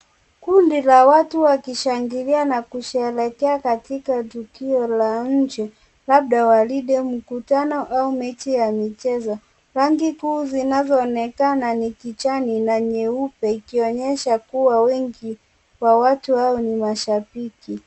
Kundi la watu wakishangilia na kusherehekea katika tukio la nje labda gwarinde mukutano au mechi ya michezo rangi kuu zinazoonekana ni kijani na nyeupe ikionyesha kuwa wengi, wa watu hao ni mashabiki.